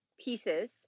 pieces